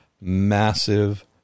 massive